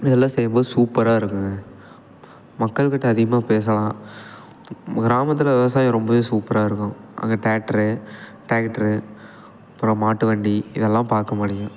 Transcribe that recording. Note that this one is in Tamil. இதெல்லாம் செய்யும்போது சூப்பராக இருக்கும்ங்க மக்கள் கிட்டே அதிகமாக பேசலாம் கிராமத்தில் விவசாயம் ரொம்ப சூப்பராக இருக்கும் அங்கே டேக்ட்ரு டிராக்கெட்ரு அப்புறம் மாட்டு வண்டி இதெல்லாம் பார்க்க முடியும்